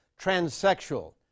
transsexual